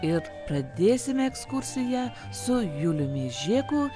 ir pradėsime ekskursiją su juliumi žėku